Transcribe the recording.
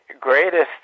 greatest